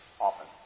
often